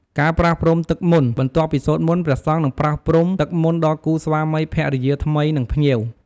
ការប្រោះព្រំទឹកមន្ត បន្ទាប់ពីសូត្រមន្ត ព្រះសង្ឃនឹងប្រោះព្រំទឹកមន្តដល់គូស្វាមីភរិយាថ្មី និងភ្ញៀវ។